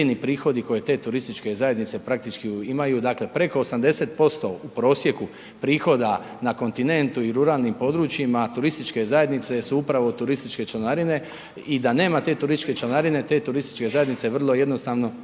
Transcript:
koji te turističke zajednice praktički imaju, dakle preko 80% u prosjeku prihoda na kontinentu i u ruralnim područjima, turističke zajednice su upravo turističke članarine i da nema te turističke članarine, te turističke zajednice vrlo jednostavno